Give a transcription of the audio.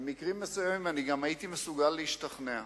במקרים מסוימים גם הייתי מסוגל להשתכנע.